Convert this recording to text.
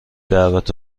دعوت